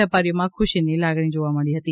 વેપારીઓમાં ખુશીની લાગણી જોવા મળી હતી